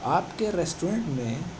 آپ کے ریسٹورنٹ میں